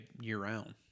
year-round